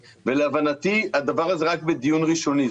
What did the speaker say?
ולהבנתי, הדבר הזה רק בדיון ראשוני.